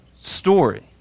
story